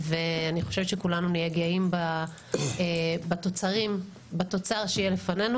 ואני חושבת שכולנו נהיה גאים בתוצר שיהיה לפנינו.